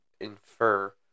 infer